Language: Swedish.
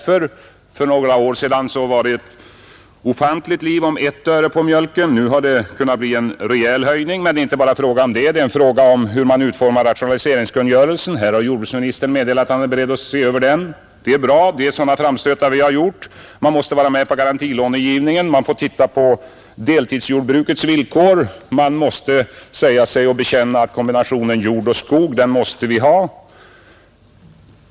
För några år sedan var det ett ofantligt liv om 1 öre på mjölken; nu har det kunnat bli en rejäl höjning. Men det är inte bara fråga om det, det är fråga om hur man utformar rationaliseringskungörelsen. Här har jordbruksministern meddelat att han är beredd att se över den, och det är bra. Det är sådana framstötar vi har gjort. Man måste vara med på garantilånegivningen, man får se på deltidsjordbrukets villkor, man måste erkänna att vi måste ha kombinationen jord och skog.